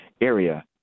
area